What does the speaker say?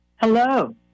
Hello